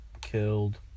Killed